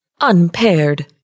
Unpaired